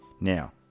Now